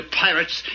pirates